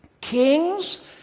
Kings